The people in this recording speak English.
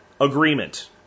agreement